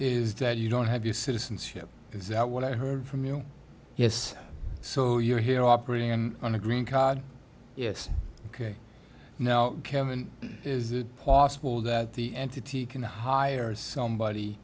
is that you don't have your citizenship is that what i heard from you yes so you're here operating on a green card yes ok now kevin is it possible that the entity can hire somebody